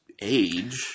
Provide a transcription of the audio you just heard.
age